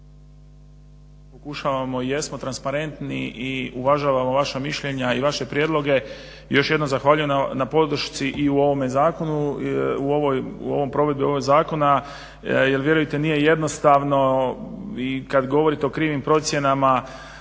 pokušavamo i jesmo transparentni i uvažavamo vaša mišljenja i vaše prijedloge. Još jednom zahvaljujem na podršci i u ovome zakonu, u provedbi ovog zakona jer vjerujte nije jednostavno i kad govorite o krivim procjenama